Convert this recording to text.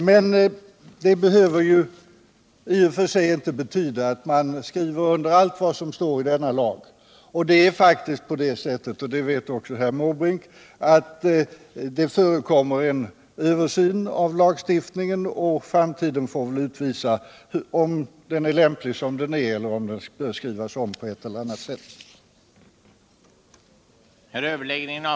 Men det behöver i och för sig inte betyda att man skriver under allt vad som står I denna lag. Det är faktiskt på det sättet — det vet också herr Måbrink — att det förekommer en översyn av lagstiftningen. Framtiden får väl utvisa om lagen är lämplig som den är nu, eller om den behöver skrivas om på ett eller den det ej vill röstar nej.